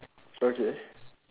okay